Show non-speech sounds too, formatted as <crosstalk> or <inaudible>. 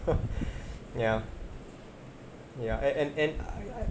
<laughs> ya ya and and and I I